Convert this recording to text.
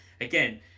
Again